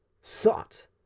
sought